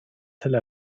tel